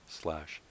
slash